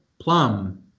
plum